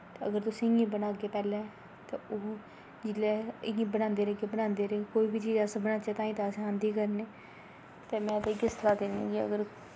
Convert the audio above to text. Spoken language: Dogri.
अगर तुस इ'यां बनागे पैह्ले ते ओह् जिसलै इ'यां बनांदे रौह्गे बनांदे रौह्गे कोई बी चीज अस बनाचै ते तां गै आंदी करने ते में ते इ'यै स्लाह् दिन्नी अगर